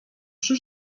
przy